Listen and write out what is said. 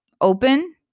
open